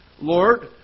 Lord